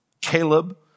Caleb